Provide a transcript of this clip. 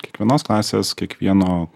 kiekvienos klasės kiekvieno